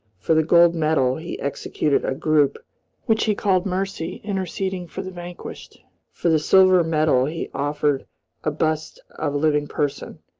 for the gold medal he executed a group which he called mercy interceding for the vanquished. for the silver medal he offered a bust of a living person.